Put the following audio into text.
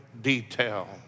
detail